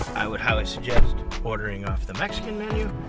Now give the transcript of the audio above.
i would highly suggest ordering off the mexican menu